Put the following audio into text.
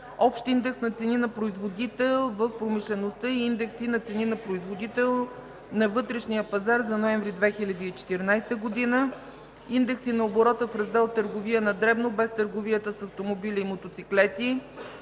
общ индекс на цени на производител в промишлеността и индекси на цени на производител на вътрешния пазар за ноември 2014 г.; индекси на оборота в раздел „Търговия на дребно” без търговията с автомобили и мотоциклети;